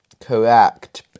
correct